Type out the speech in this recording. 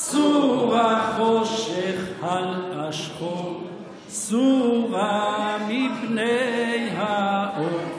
// סורה חושך, הלאה שחור / סורה מפני האור".